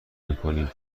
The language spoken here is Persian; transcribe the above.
میکنیم